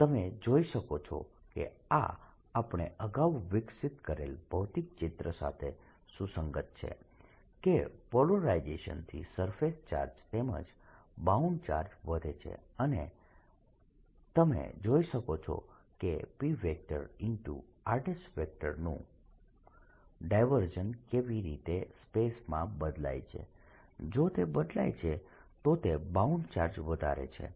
તમે જોઈ શકો છો કે આ આપણે અગાઉ વિકસિત કરેલ ભૌતિક ચિત્ર સાથે સુસંગત છે કે પોલરાઇઝેશનથી સરફેસ ચાર્જ તેમજ બાઉન્ડ ચાર્જ વધે છે અને તમે જોઈ શકો છો કે p r નું ડાયવર્જન્સ કેવી રીતે સ્પેસમાં બદલાય છે જો તે બદલાય છે તો તે બાઉન્ડ ચાર્જ વધારે છે